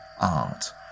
Art